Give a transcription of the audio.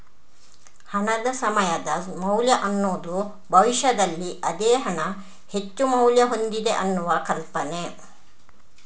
ಹಣದ ಸಮಯದ ಮೌಲ್ಯ ಅನ್ನುದು ಭವಿಷ್ಯದಲ್ಲಿ ಅದೇ ಹಣ ಹೆಚ್ಚು ಮೌಲ್ಯ ಹೊಂದಿದೆ ಅನ್ನುವ ಕಲ್ಪನೆ